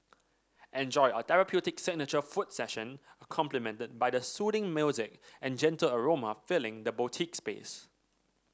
enjoy a therapeutic signature foot session complimented by the soothing music and gentle aroma filling the boutique space